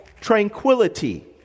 tranquility